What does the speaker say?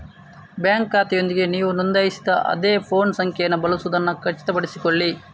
bank ಖಾತೆಯೊಂದಿಗೆ ನೀವು ನೋಂದಾಯಿಸಿದ ಅದೇ ಫೋನ್ ಸಂಖ್ಯೆಯನ್ನು ಬಳಸುವುದನ್ನು ಖಚಿತಪಡಿಸಿಕೊಳ್ಳಿ